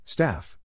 Staff